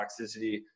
toxicity